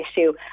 issue